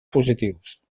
positius